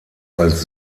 als